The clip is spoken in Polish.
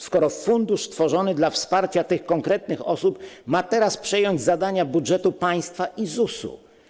skoro fundusz tworzony dla wsparcia tych konkretnych osób ma teraz przejąć zadania budżetu państwa i ZUS?